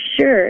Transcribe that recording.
sure